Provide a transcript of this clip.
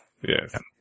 yes